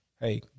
hey